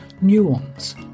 nuance